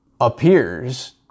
appears